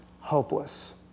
hopeless